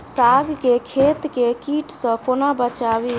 साग केँ खेत केँ कीट सऽ कोना बचाबी?